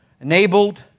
Enabled